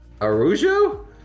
Arujo